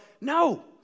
No